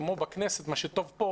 כמו בכנסת - כי מה שטוב כאן,